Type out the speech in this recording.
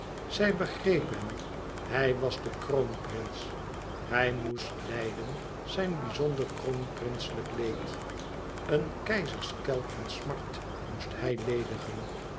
zij begreep hem hij was de kroonprins hij moest lijden zijn bizonder kroonprinselijk leed een keizerskelk van smart moest hij ledigen